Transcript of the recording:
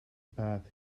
path